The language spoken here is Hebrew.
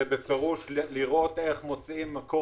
אורית פרקש הכהן, זה לראות איך מוצאים מור